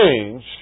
Change